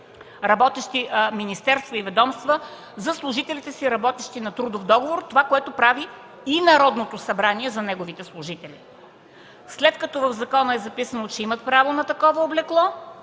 останали министерства и ведомства за служителите си, работещи на трудов договор, това което прави и Народното събрание за неговите служители. След като в закона е записано, че имат право на такова облекло,